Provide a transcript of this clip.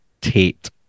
Tate